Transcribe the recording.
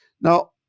now